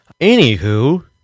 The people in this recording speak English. Anywho